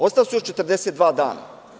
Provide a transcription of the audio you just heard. Ostala su još 42 dana.